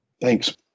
Thanks